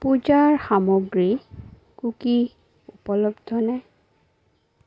পূজাৰ সামগ্ৰী কুকি উপলব্ধনে